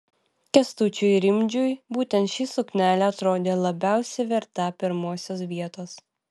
kęstučiui rimdžiui būtent ši suknelė atrodė labiausiai verta pirmosios vietos